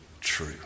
true